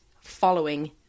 following